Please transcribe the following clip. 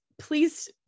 Please